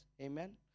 Amen